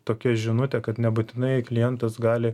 tokia žinutė kad nebūtinai klientas gali